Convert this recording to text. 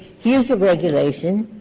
here's a regulation,